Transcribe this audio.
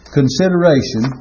consideration